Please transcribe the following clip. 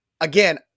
again